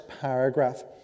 paragraph